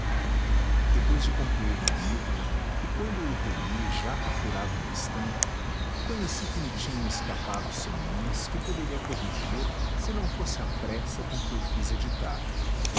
depois de concluído o livro e quando o reli já apurado na estampa conheci que me tinham escapado senões que poderia corrigir se não fosse a pressa com que o fiz editar